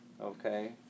Okay